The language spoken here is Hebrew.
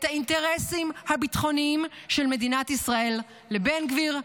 האינטרסים הביטחוניים של מדינת ישראל לבן גביר,